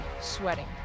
sweating